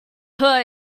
but